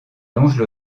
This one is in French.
longe